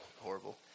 horrible